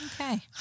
Okay